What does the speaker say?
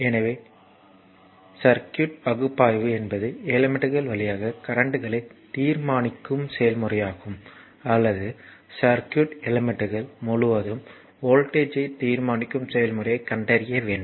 எனவே சர்க்யூட் பகுப்பாய்வு என்பது எலிமெண்ட்கள் வழியாக கரண்ட்களை தீர்மானிக்கும் செயல்முறையாகும் அல்லது சர்க்யூட்களின் எலிமெண்ட்கள் முழுவதும் வோல்ட்டேஜ் ஐ தீர்மானிக்கும் செயல்முறையைக் கண்டறிய வேண்டும்